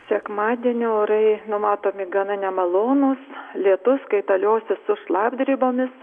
sekmadienio orai numatomi gana nemalonūs lietus kaitaliosis su šlapdribomis